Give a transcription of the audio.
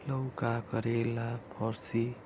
लौका करेला फर्सी